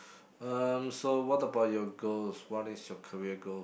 um so what about your goals what is your career goals